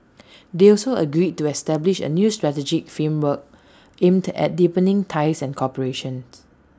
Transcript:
they also agreed to establish A new strategic framework aimed at deepening ties and cooperation